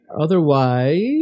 Otherwise